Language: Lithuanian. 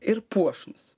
ir puošnūs